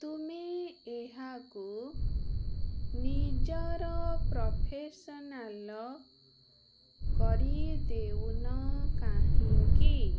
ତୁମେ ଏହାକୁ ନିଜର ପ୍ରଫେସନାଲ କରିଦେଉନ କାହିଁକି